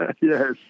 Yes